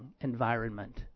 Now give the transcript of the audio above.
environment